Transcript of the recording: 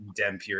Dempure